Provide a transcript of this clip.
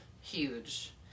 Huge